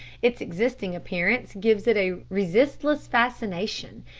its existing appearance gives it a resistless fascination,